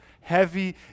Heavy